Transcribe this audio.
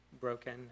broken